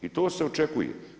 I to se očekuje.